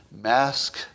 Mask